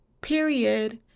period